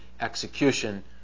execution